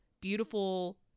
beautiful